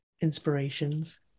inspirations